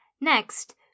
Next